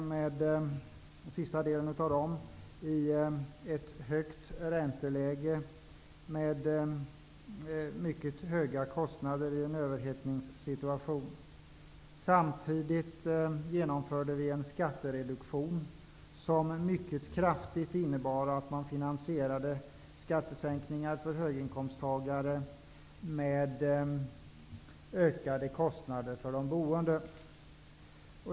Under den senare delen var det ett högt ränteläge med mycket höga kostnader i en överhettningssituation. Samtidigt genomfördes en skattereduktion som innebar att man finansierade skattesänkningar för höginkomsttagare med ökade kostnader för de boende.